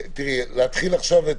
גם הרעיון הזה יגיע יחד